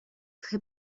très